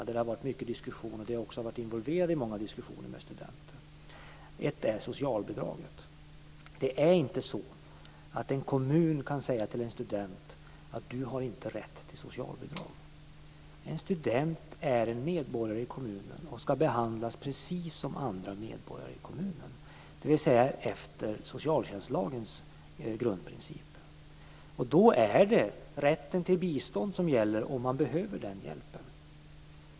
På de områdena har det varit många diskussioner och jag har också varit involverad i många diskussioner med studenter. Ett område är socialbidraget. Det är inte så att en kommun kan säga till en student: Du har inte rätt till socialbidrag. En student är medborgare i kommunen och ska behandlas precis som andra medborgare i kommunen, dvs. efter socialtjänstlagens grundprinciper. Då är det rätten till bistånd som gäller, om man behöver den hjälpen.